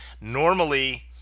normally